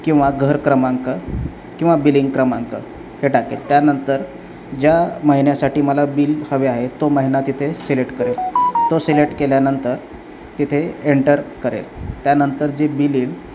किंवा घर क्रमांक किंवा बिलिंग क्रमांक हे टाकेल त्यानंतर ज्या महिन्यासाठी मला बिल हवे आहे तो महिना तिथे सिलेक्ट करेल तो सिलेक्ट केल्यानंतर तिथे एंटर करेल त्यानंतर जे बिल येईल